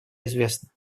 известна